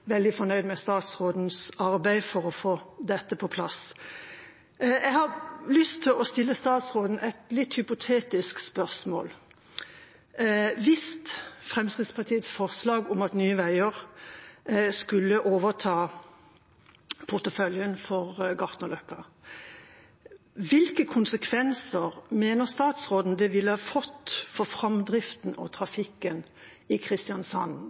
veldig fornøyd med statsrådens arbeid for å få dette på plass. Jeg har lyst til å stille statsråden et litt hypotetisk spørsmål. Hvis Fremskrittspartiets forslag om at Nye Veier skulle overta porteføljen for Gartnerløkka, hvilke konsekvenser mener statsråden det ville ha fått for framdriften og trafikken i Kristiansand?